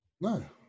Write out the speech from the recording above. No